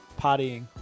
partying